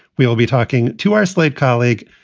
we will be talking to our slate colleague,